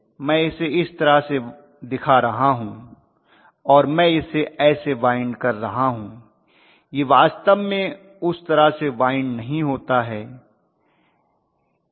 मैं इसे इस तरह से दिखा रहा हूं और मैं इसे ऐसे वाइन्ड कर रहा हूं यह वास्तव में उस तरह से वाइन्ड नहीं होता है